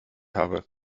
habe